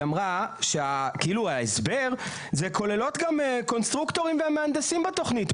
היא אמרה שההסבר זה כולל גם קונסטרוקטורים ומהנדסים בתוכנית,